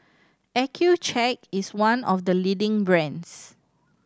Accucheck is one of the leading brands